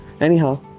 anyhow